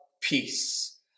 Peace